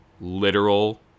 literal